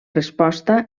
resposta